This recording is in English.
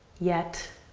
yet.